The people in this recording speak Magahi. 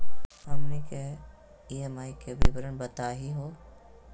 हमनी के ई.एम.आई के विवरण बताही हो?